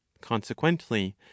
Consequently